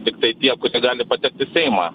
tiktai tie kurie gali patekt į seimą